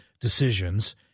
decisions